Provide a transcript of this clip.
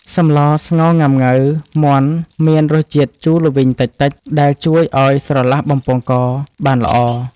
សម្លស្ងោរង៉ាំង៉ូវមាន់មានរសជាតិជូរល្វីងតិចៗ ដែលជួយឱ្យស្រឡះបំពង់កបានល្អ។